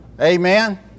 Amen